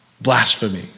blasphemy